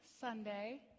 Sunday